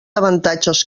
avantatges